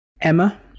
Emma